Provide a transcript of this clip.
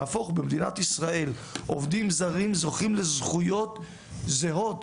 נהפוך הוא במדינת ישראל עובדים זרים זוכים לזכויות זהות